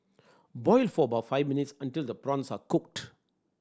boil for about five minutes until the prawns are cooked